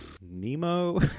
nemo